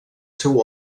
seu